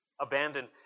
abandoned